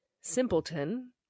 simpleton